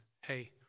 hey